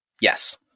Yes